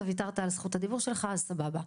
וויתרת על זכות הדיבור שלך אז סבבה.